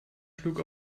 schlug